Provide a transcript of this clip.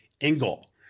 Engel